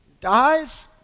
dies